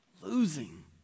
losing